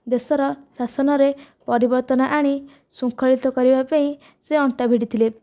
ଦେଶର ଶାସନରେ ପରିବର୍ତ୍ତନ ଆଣି ଶୃଙ୍ଖଳିତ କରିବା ପାଇଁ ସେ ଅଣ୍ଟା ଭିଡ଼ିଥିଲେ